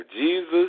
Jesus